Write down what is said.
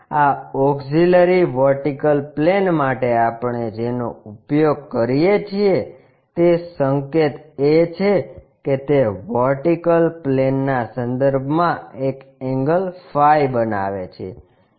આ auxiliary vertical plane માટે આપણે જેનો ઉપયોગ કરીએ છીએ તે સંકેત એ છે કે તે વર્ટિકલ પ્લેનના સંદર્ભમાં એક એન્ગલ ફી બનાવે છે